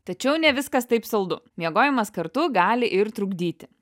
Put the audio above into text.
tačiau ne viskas taip saldu miegojimas kartu gali ir trukdyti